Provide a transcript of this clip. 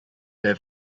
der